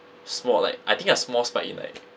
small like I think a small spike in like